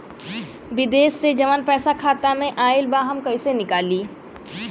विदेश से जवन पैसा खाता में आईल बा हम कईसे निकाली?